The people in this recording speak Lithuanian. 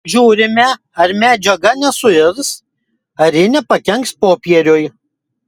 žiūrime ar medžiaga nesuirs ar ji nepakenks popieriui